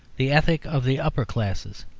the ethic of the upper classes.